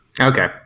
Okay